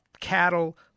cattle